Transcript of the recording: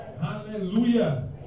Hallelujah